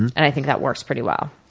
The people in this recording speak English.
and, i think that works pretty well.